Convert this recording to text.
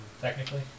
technically